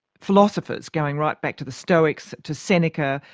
philosophers, going right back to the stoics, to seneca,